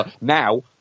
Now